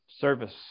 Service